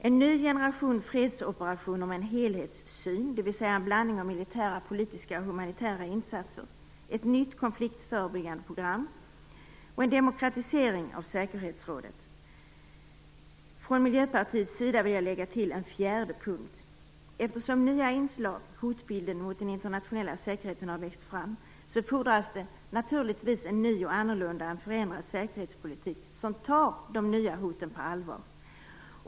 En ny generation fredsoperationer med en helhetssyn, dvs. en blandning av militära, politiska och humanitära insatser. 3. En demokratisering av säkerhetsrådet. Från Miljöpartiets sida vill jag lägga till en fjärde punkt. Eftersom nya inslag i hotbilden när det gäller den internationella säkerheten har växt fram, fordras det naturligtvis en ny och annorlunda, en förändrad säkerhetspolitik, som tar de nya hoten på allvar.